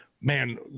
Man